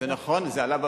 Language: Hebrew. תודה.